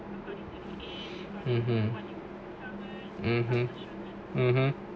(uh huh)